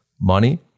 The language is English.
money